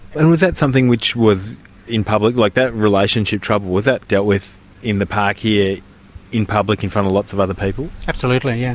and was that something which was in public? like, that relationship trouble, was that dealt with in the park here in public, in front of lots of other people? absolutely, yeah.